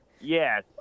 yes